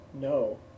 no